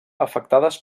afectades